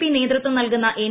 P നേതൃത്വം നൽകുന്ന N